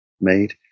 made